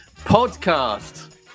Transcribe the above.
podcast